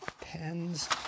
pens